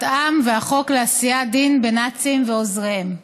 עם והחוק לעשיית דין בנאצים ועוזריהם.